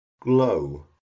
glow